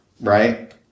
Right